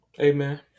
Amen